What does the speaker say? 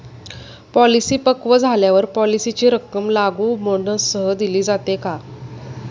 Policy पक्व झाल्यावर पॉलिसीची रक्कम लागू बोनससह दिली जाते का?